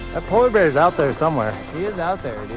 ah polar bear's out there somewhere. he is out there.